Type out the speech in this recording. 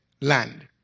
land